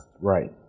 right